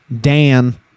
dan